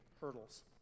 hurdles